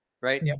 right